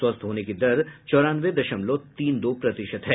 स्वस्थ होने की दर चौरानवे दशमलव तीन दो प्रतिशत है